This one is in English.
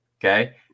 okay